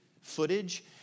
footage